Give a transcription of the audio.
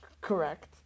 Correct